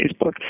Facebook